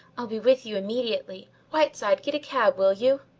i'll be with you immediately. whiteside, get a cab, will you?